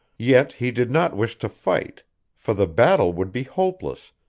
yet he did not wish to fight for the battle would be hopeless,